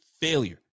failure